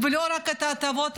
ולא רק את הטבות הארנונה,